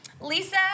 Lisa